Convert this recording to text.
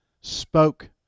spoke